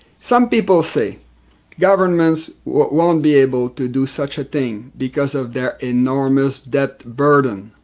some people say governments won't be able to do such a thing because of their enormous debt burden.